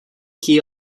key